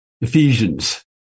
Ephesians